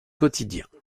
quotidiens